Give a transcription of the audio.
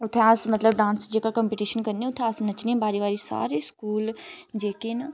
उ'त्थें अस मतलब डांस जेह्का कम्पीटिशन करने उ'त्थें अस नच्चने बारी बारी सारे स्कूल जेह्के न